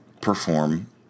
perform